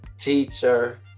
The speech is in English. teacher